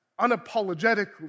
unapologetically